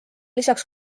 lisaks